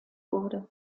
wurde